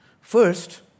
First